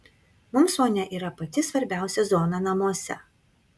mums vonia yra pati svarbiausia zona namuose